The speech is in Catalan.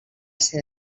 ser